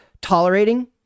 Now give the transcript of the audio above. tolerating